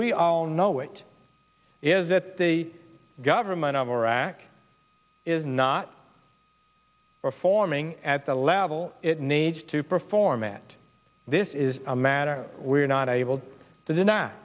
we all know it is that the government of iraq is not performing at the level it needs to perform it this is a matter we're not able to deny